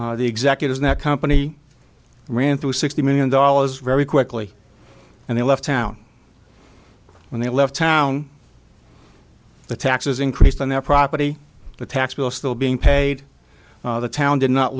money the executives that company ran through sixty million dollars very quickly and they left town when they left town the taxes increased on their property tax bill still being paid the town did not